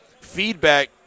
feedback